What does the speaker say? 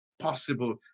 possible